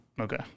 Okay